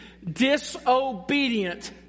disobedient